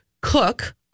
cook